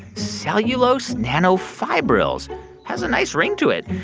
cellulose nanofibrils has a nice ring to it.